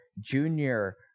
Junior